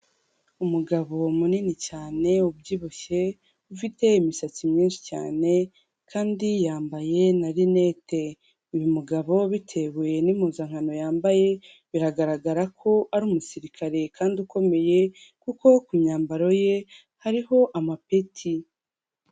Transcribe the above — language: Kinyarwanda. Umugabo munini cyane ubyibushye ufite imisatsi myinshi cyane kandi yambaye na linete uyu mugabo bitewe n'impuzankano yambaye biragaragara ko ari umusirikare kandi ukomeye kuko ku myambaro ye hariho amapeti.